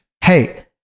hey